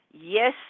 Yes